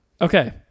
Okay